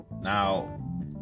Now